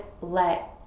let